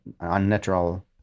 unnatural